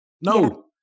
No